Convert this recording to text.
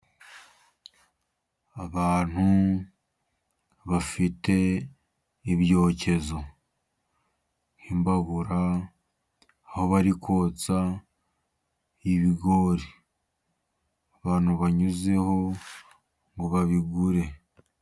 Abantu bafite ibyokezo, nk'imbabura, aho bari kotsa ibigori, abantu banyuzeho ngo babigure.